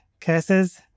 curses